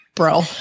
bro